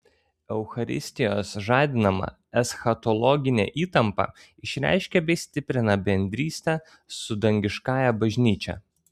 eucharistijos žadinama eschatologinė įtampa išreiškia bei stiprina bendrystę su dangiškąja bažnyčia